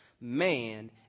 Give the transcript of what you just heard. man